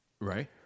Right